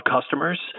customers